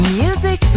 music